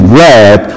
red